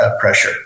pressure